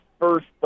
first